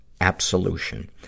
absolution